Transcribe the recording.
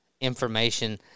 information